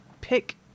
pick